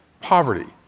poverty